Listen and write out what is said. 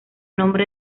nombre